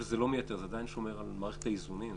זה עדיין שומר על מערכת האיזונים,